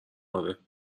آره